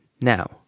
now